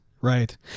Right